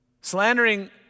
Slandering